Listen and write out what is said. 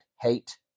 hate